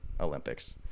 Olympics